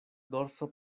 dorso